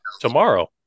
tomorrow